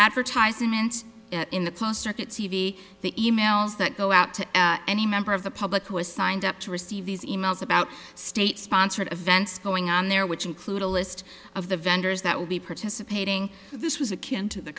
advertisements in the cluster get cv the emails that go out to any member of the public who has signed up to receive these emails about state sponsored events going on there which include a list of the vendors that will be participating this was a kin to the